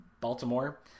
Baltimore